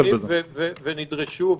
ונדרשו,